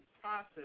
process